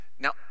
Now